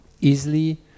easily